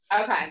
Okay